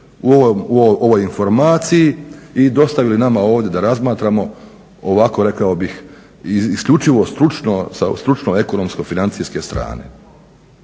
u ovoj informaciji i dostavili nama ovdje da razmatramo ovako rekao bih isključivo stručno sa stručno ekonomsko-financijske strane.